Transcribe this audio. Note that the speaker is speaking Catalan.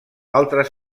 altres